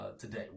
today